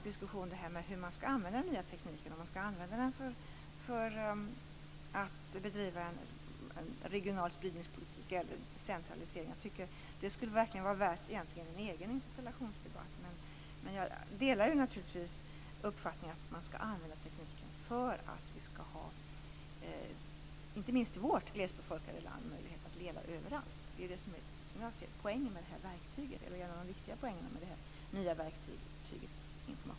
Diskussionen om hur man skall använda den nya tekniken är mycket intressant. Skall den användas för bedrivande av en regional spridningspolitik eller för en centralisering? Den frågan skulle egentligen vara värd en egen interpellationsdebatt. Jag delar dock naturligtvis uppfattningen att tekniken skall användas för att vi, inte minst i vårt glesbefolkade land, skall ha möjlighet att leva överallt. Det är, som jag ser det, en av de viktiga poängerna med det nya verktyget informationsteknik.